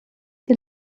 die